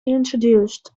introduced